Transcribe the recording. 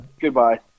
Goodbye